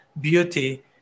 Beauty